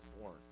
born